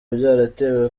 byaratewe